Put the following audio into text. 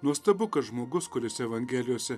nuostabu kad žmogus kuris evangelijose